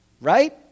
Right